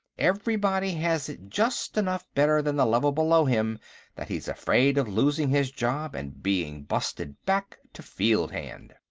everybody has it just enough better than the level below him that he's afraid of losing his job and being busted back to fieldhand.